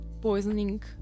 poisoning